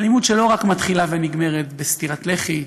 אלימות שלא רק מתחילה ונגמרת בסטירת לחי,